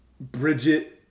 Bridget